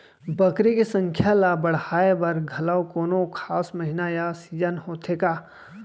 बकरी के संख्या ला बढ़ाए बर घलव कोनो खास महीना या सीजन होथे का?